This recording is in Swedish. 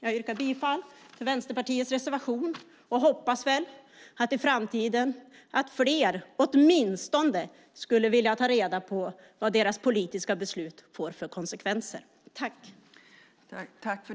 Jag yrkar bifall till Vänsterpartiets reservation och hoppas att fler i framtiden vill ta reda på vad deras politiska beslut får för konsekvenser.